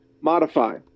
modify